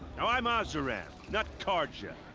now i'm ah oseram. not carja.